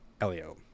elio